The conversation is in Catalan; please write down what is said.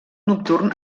nocturn